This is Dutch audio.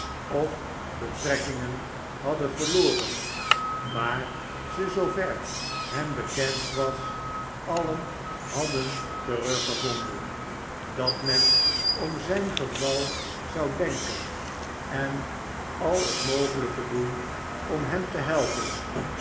of betrekkingen hadden verloren maar ze zoover hem bekend was alien hadden teruggevonden dat men om zijn geval zou denken en al het mogelijke doen om hem te helper